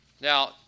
Now